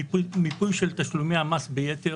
מיפוי של תשלומי המס ביתר,